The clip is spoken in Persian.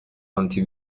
آنتی